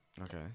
Okay